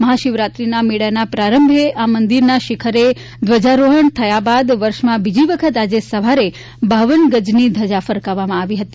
મહાશિવરાત્રિના મેળાના પ્રારંભે આ મંદિરના શિખરે ધ્વજારોહણ થયા બાદ વર્ષમાં બીજીવાર આજે સવારે બાવન ગજની ધજા ફરકાવવામાં આવી હતી